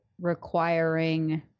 requiring